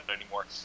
anymore